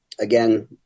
Again